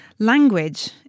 Language